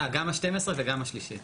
אה, גם השתים עשרה וגם השלישית.